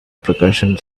percussion